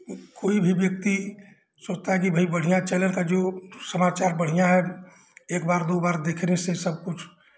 कोई भी व्यक्ति सोचता है कि भाई बढ़ियाँ चैनल का जो समाचार बढ़ियाँ है एक बार दो बार देखने से सब कुछ